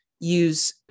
use